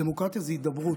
דמוקרטיה זה הידברות.